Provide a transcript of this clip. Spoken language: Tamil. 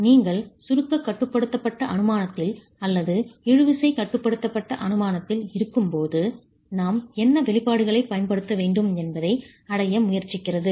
நீங்கள் சுருக்க கட்டுப்படுத்தப்பட்ட அனுமானத்தில் அல்லது இழுவிசை கட்டுப்படுத்தப்பட்ட அனுமானத்தில் இருக்கும்போது நாம் என்ன வெளிப்பாடுகளைப் பயன்படுத்த வேண்டும் என்பதை அடைய முயற்சிக்கிறது